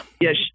yes